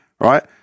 right